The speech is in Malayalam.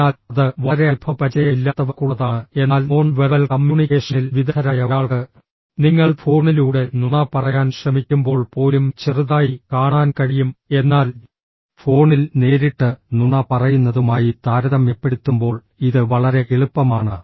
അതിനാൽ അത് വളരെ അനുഭവപരിചയമില്ലാത്തവർക്കുള്ളതാണ് എന്നാൽ നോൺ വെർബൽ കമ്മ്യൂണിക്കേഷനിൽ വിദഗ്ധരായ ഒരാൾക്ക് നിങ്ങൾ ഫോണിലൂടെ നുണ പറയാൻ ശ്രമിക്കുമ്പോൾ പോലും ചെറുതായി കാണാൻ കഴിയും എന്നാൽ ഫോണിൽ നേരിട്ട് നുണ പറയുന്നതുമായി താരതമ്യപ്പെടുത്തുമ്പോൾ ഇത് വളരെ എളുപ്പമാണ്